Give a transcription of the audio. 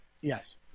Yes